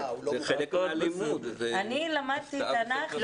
אני למדתי תנ"ך ותלמוד,